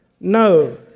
No